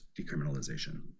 decriminalization